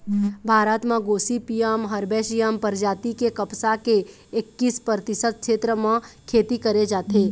भारत म gossypium herbaceum परजाति के कपसा के एक्कीस परतिसत छेत्र म खेती करे जाथे